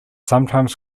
sometimes